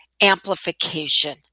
amplification